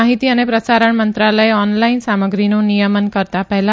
માહિતી અને પ્રસારણ મંત્રાલય ઓનલાઇન સામગ્રીનું નિયમન કરતા પહેલા